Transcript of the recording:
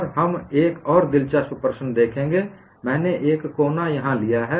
और हम एक और दिलचस्प प्रश्न देखेंगे मैंने एक कोना यहाँ लिया है